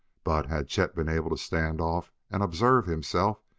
but, had chet been able to stand off and observe himself,